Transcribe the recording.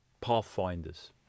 pathfinders